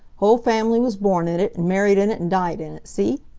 whole family was born in it, and married in it, and died in it, see?